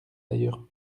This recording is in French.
d’ailleurs